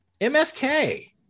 MSK